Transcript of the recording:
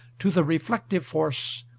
to the reflective force,